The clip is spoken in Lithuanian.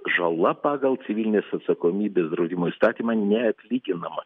žala pagal civilinės atsakomybės draudimo įstatymą neatlyginama